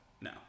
No